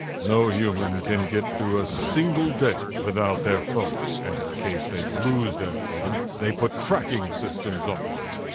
no human can get through a single day without their phone. and in case they lose their phone, they put tracking systems on